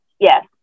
Yes